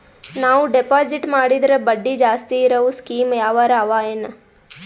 ನಾವು ಡೆಪಾಜಿಟ್ ಮಾಡಿದರ ಬಡ್ಡಿ ಜಾಸ್ತಿ ಇರವು ಸ್ಕೀಮ ಯಾವಾರ ಅವ ಏನ?